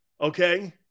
okay